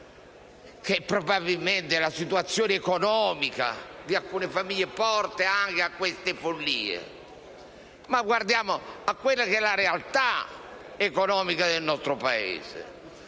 probabilmente la situazione economica di alcune famiglie porta anche a queste follie. Ma guardiamo alla realtà economica del nostro Paese.